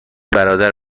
برادر